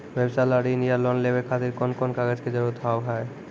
व्यवसाय ला ऋण या लोन लेवे खातिर कौन कौन कागज के जरूरत हाव हाय?